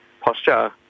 posture